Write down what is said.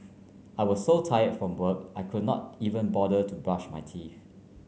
I was so tire from work I could not even bother to brush my teeth